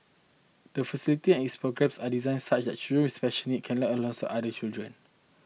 the facility and its programmes are designed such that children with special needs can learn alongside other children